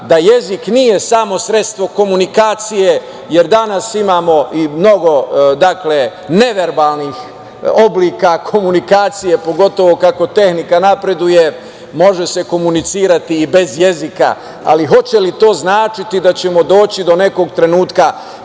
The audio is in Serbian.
da jezik nije samo sredstvo komunikacije, jer danas imamo i mnogo neverbalnih oblika komunikacije, pogotovo kako tehnika napreduje može se komunicirati i bez jezika, ali hoće li to značiti da ćemo doći do nekog trenutka